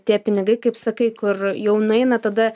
tie pinigai kaip sakai kur jau nueina tada